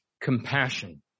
Compassion